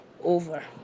over